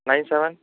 nine seven